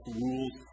rules